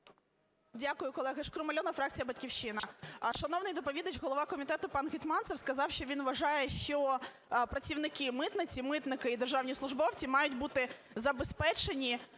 Дякую, колеги. Шкрум Альона, фракція "Батьківщина". Шановний доповідач голова комітету пан Гетманцев сказав, що він вважає, що працівники митниці, митники і державні службовці мають бути забезпечені